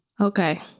Okay